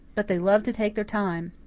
but they love to take their time.